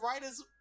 writer's